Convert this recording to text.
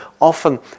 often